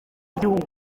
igihugu